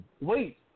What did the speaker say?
wait